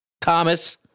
Thomas